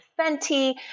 Fenty